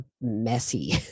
messy